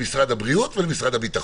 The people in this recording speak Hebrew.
למשרד הבריאות ולמשרד הביטחון.